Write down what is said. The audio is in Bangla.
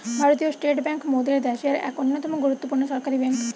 ভারতীয় স্টেট বেঙ্ক মোদের দ্যাশের এক অন্যতম গুরুত্বপূর্ণ সরকারি বেঙ্ক